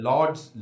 Lord's